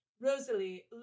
Rosalie